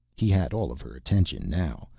he had all of her attention now,